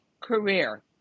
career